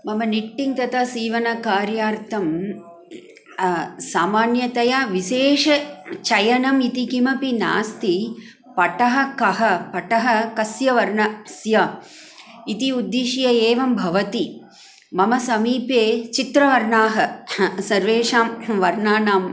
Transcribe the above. मम निट्टिङ् तथा सीवनकार्यार्थं सामान्यतया विशेष चयनम् इति किमपि नास्ति पटः कः पटः कस्य वर्णस्य इति उद्दिश्य एवं भवति मम समीपे चित्रवर्णाः सर्वेषां वर्णानां